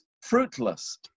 fruitless